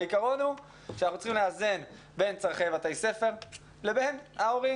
העיקרון הוא שאנחנו צריכים לאזן בין צרכי בתי ספר לבין ההורים.